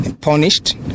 punished